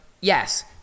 yes